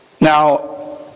Now